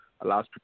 allows